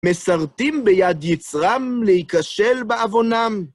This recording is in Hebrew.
מסרטים ביד יצרם להיכשל באבונם.